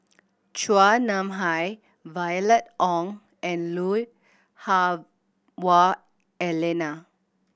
Chua Nam Hai Violet Oon and Lui Hah Wah Elena